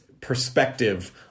perspective